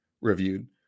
reviewed